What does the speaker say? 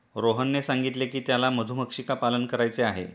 रोहनने सांगितले की त्याला मधुमक्षिका पालन करायचे आहे